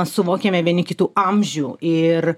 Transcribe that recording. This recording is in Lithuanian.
suvokiame vieni kitų amžių ir